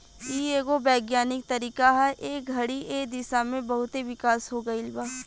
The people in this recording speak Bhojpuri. इ एगो वैज्ञानिक तरीका ह ए घड़ी ए दिशा में बहुते विकास हो गईल बा